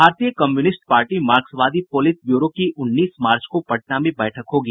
भारतीय communist party मार्क्सवादी politburo की उन्नीस मार्च को पटना में बैठक होगी